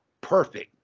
perfect